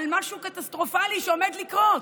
על משהו קטסטרופלי שעומד לקרות,